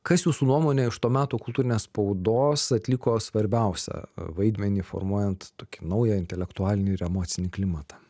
kas jūsų nuomone iš to meto kultūrinės spaudos atliko svarbiausią vaidmenį formuojant tokį naują intelektualinį ir emocinį klimatą